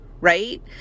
right